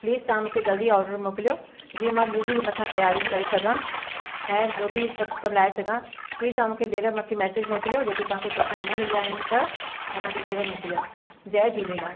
please तव्हां मूंखे जल्दी ऑडर मोकिलियो जीअं मां ॿियूं बि मथां तयारियूं करे सघां ऐं ॿियों बि सभु कमु लाहे सघां प्लीज़ तव्हां मूंखे ॿेहरि मूंखे मैसेज मोकिलियो जेके तव्हांखे पैसा न मिलिया आहिनि त मां तव्हां खे ॿेहरि मोकिलिया जय झूलेलाल